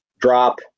Drop